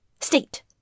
State